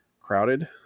crowded